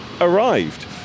arrived